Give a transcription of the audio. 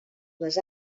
les